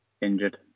injured